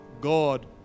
God